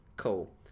cool